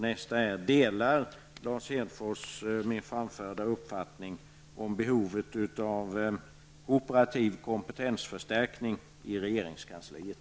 För det andra: Delar Lars Hedfors min framförda uppfattning om behovet av operativ kompetensförstärkning i regeringskansliet?